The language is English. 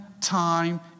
time